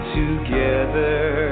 together